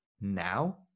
now